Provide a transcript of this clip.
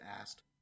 asked